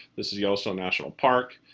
this is yellowstone national park,